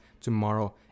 tomorrow